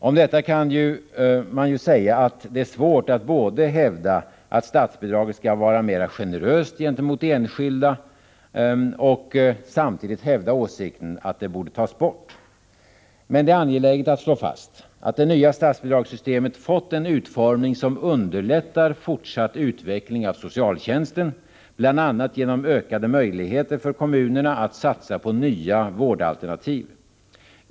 Om detta kan man ju säga att det är svårt att hävda att statsbidraget skall vara mer generöst gentemot enskilda initiativ och samtidigt hävda åsikten att det skall tas bort. Men det är angeläget att slå fast att det nya statsbidragssystemet har fått en utformning som underlättar fortsatt utveckling av socialtjänsten, bl.a. genom ökade möjligheter för kommunerna att satsa på nya vårdalternativ.